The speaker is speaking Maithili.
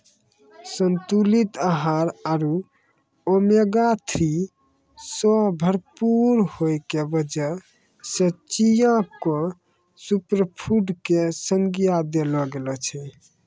संतुलित आहार आरो ओमेगा थ्री सॅ भरपूर होय के वजह सॅ चिया क सूपरफुड के संज्ञा देलो गेलो छै